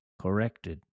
corrected